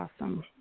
Awesome